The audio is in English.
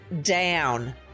down